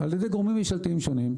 על ידי גורמים ממשלתיים שונים,